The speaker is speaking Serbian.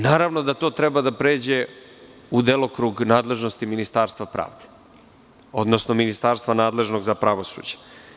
Naravno, da to treba da pređe u delokrug nadležnosti Ministarstva pravde, odnosno ministarstva nadležnog za pravosuđe.